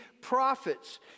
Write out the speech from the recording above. prophets